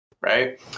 right